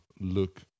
look